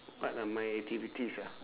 what are my activities ah